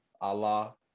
Allah